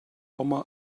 home